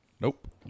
Nope